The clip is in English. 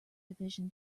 division